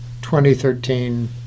2013